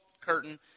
curtain